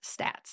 stats